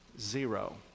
Zero